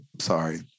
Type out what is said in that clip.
sorry